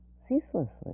Ceaselessly